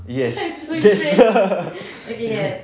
yes that's